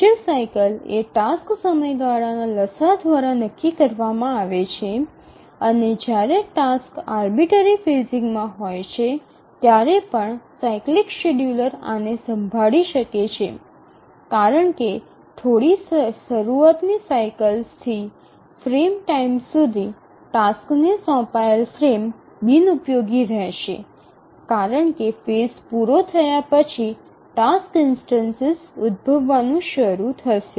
major cycle એ task સમયગાળાના લસાઅ દ્વારા નક્કી કરવામાં આવે છે અને જ્યારે ટાસક્સ આરબીટરી ફેઝિંગ માં હોય છે ત્યારે પણ સાયક્લિક શેડ્યૂલર આને સંભાળી શકે છે કારણ કે થોડી શરૂઆતની સાઇકલ્સ થી ફેઝ ટાઇમ સુધી ટાસ્ક ને સોંપાયેલ ફ્રેમ બિનઉપયોગી રહેશે કારણ કે ફેઝ પૂરો થયા પછી ટાસ્ક ઇન્સ્ટનસિસ ઉદ્ભવવાનું શરૂ થશે